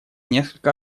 несколько